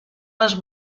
les